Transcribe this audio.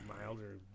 milder